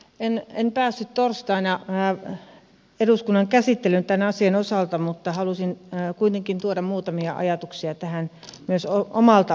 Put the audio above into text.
en päässyt torstaina eduskunnan käsittelyyn tämän asian osalta mutta halusin kuitenkin tuoda muutamia ajatuksia tähän myös omalta osaltani